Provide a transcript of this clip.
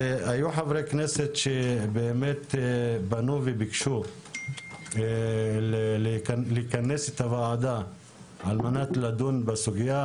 היו חברי כנסת שבאמת פנו וביקשו לכנס את הוועדה על מנת לדון בסוגיה.